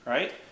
Right